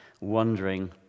wondering